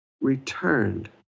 returned